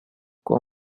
con